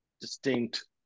distinct